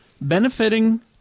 benefiting